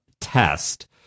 test